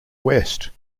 west